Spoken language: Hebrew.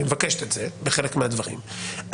היא מבקשת את זה בחלק מהדברים,